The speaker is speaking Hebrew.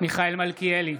מיכאל מלכיאלי,